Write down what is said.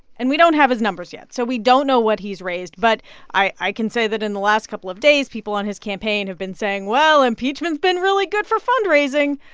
and we don't have his numbers yet, so we don't know what he's raised. but i i can say that in the last couple of days, people on his campaign have been saying, well, impeachment's been really good for fundraising.